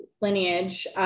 lineage